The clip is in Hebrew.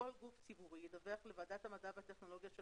כל גוף ציבורי ידווח לוועדת המדע והטכנולוגיה של